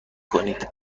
کنید